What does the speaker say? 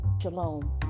Shalom